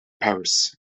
paris